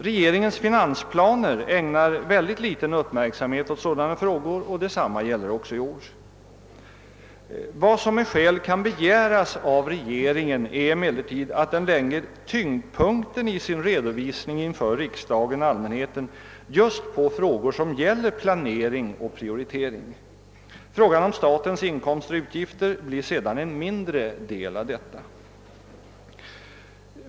Regeringens finansplaner ägnar mycket liten uppmärksamhet åt sådana frågor, och det gäller också i år. Vad som med skäl kan begäras av regeringen är emellertid att den lägger tyngdpunkten i sin redovisning inför riksdagen och allmänheten just vid frågor som gäller planering och prioritering. Frågor om statens inkomster och utgifter blir sedan en mindre del av det hela.